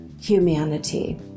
humanity